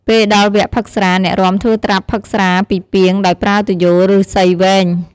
ពេលដល់វត្គផឹកស្រា អ្នករាំធ្វើត្រាប់ផឹកស្រាពីពាងដោយប្រើទុយោឫស្សីវែង។